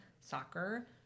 soccer